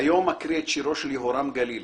היום אקריא את שירו של יהורם גלילי,